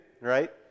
right